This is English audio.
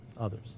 others